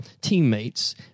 teammates